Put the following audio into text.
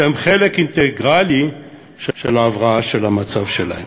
שהן חלק אינטגרלי של ההבראה של המצב שלהם.